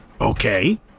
Okay